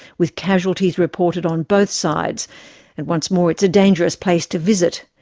with casualties reported on both sides and once more it's a dangerous place to visit.